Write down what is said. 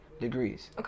degrees